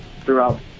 throughout